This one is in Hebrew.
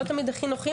לא תמיד הכי נוחים.